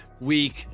week